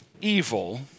evil